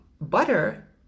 butter